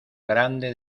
grande